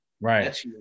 Right